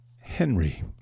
Henry